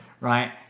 Right